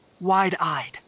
wide-eyed